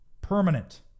permanent